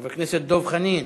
חבר הכנסת דב חנין,